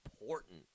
important